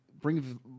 bring